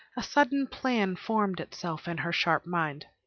a sudden plan formed itself in her sharp mind.